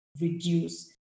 reduce